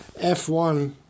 F1